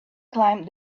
climbed